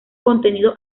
contenido